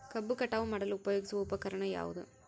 ಕಬ್ಬು ಕಟಾವು ಮಾಡಲು ಉಪಯೋಗಿಸುವ ಉಪಕರಣ ಯಾವುದು?